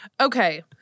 Okay